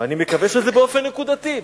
ואני מקווה שזה באופן נקודתי,